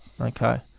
Okay